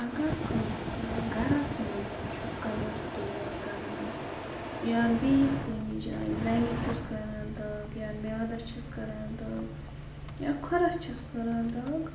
اگر کٲنٛسہِ گَرَس منٛز چھُ کَلَس دود کَران یا بیٚیہِ کُنہِ جایہِ زَنٛگہِ چھُس کَران دَگ یا میٛادس چھَس کَران دَگ یا کھۄرَس چھَس کَران دَگ